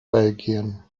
belgien